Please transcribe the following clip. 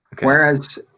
whereas